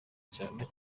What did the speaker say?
cyane